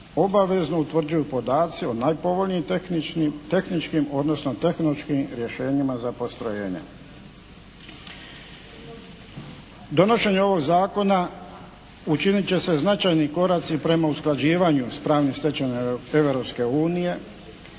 obavezno utvrđuju podaci o najpovoljnijim tehničkim odnosno tehnološkim rješenjima za postrojenje. Donošenje ovog Zakona učinit će se značajni koraci prema usklađivanje s pravnom stečevinom